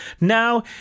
Now